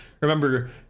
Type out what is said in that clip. remember